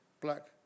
black